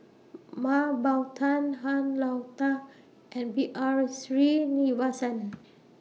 Mah Bow Tan Han Lao DA and B R Sreenivasan